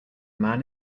man